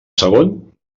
segon